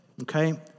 okay